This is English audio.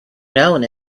known